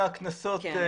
13.5% מסך כל הקנסות נגבו.